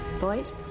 Boys